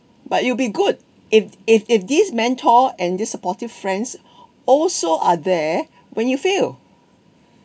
but you'll be good if if if this mentor and this supportive friends also are there when you fail